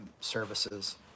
services